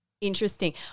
interesting